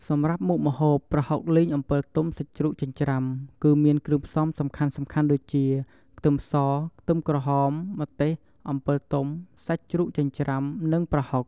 សម្រាប់មុខម្ហូប ប្រហុកលីងអំពិលទុំសាច់ជ្រូកចិញ្ច្រាំ គឺមានគ្រឿងផ្សំសំខាន់ៗដូចជា ខ្ទឹមស ខ្ទឹមក្រហម ម្ទេស អំពិលទុំ សាច់ជ្រូកចិញ្ច្រាំ និងប្រហុក។